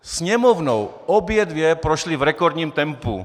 Sněmovnou obě dvě prošly v rekordním tempu.